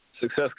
success